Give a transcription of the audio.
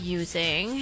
using